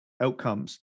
outcomes